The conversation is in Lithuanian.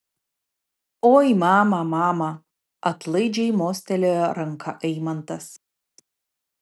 oi mama mama atlaidžiai mostelėjo ranka eimantas